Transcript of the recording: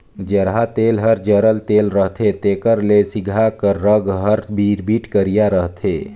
जरहा तेल हर जरल तेल रहथे तेकर ले सिगहा कर रग हर बिरबिट करिया रहथे